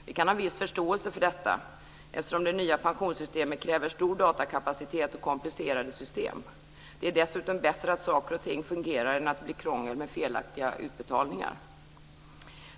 Vi kan ha viss förståelse för detta, eftersom det nya pensionssystemet kräver stor datakapacitet och komplicerade system. Det är dessutom bättre att saker och ting fungerar än att det blir krångel med felaktiga utbetalningar.